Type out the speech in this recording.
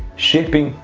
shipping,